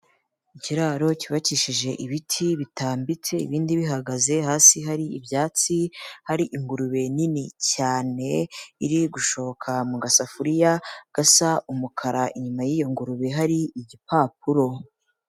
Ikiraro cyubakishije ibiti bitambitse, ibindi bihagaze hasi hari ibyatsi, hari ingurube nini cyane iri gushoka mu gasafuriya gasa umukara, inyuma y'iyo ngurube hari igipapuro.